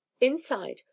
Inside